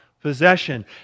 possession